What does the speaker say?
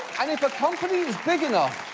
and if a company is big enough,